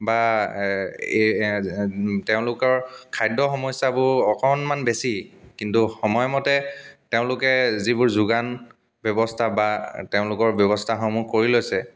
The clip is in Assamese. বা তেওঁলোকৰ খাদ্য সমস্যাবোৰ অকণমান বেছি কিন্তু সময়মতে তেওঁলোকে যিবোৰ যোগান ব্যৱস্থা বা তেওঁলোকৰ ব্যৱস্থাসমূহ কৰি লৈছে